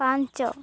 ପାଞ୍ଚ